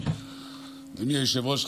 אדוני היושב-ראש,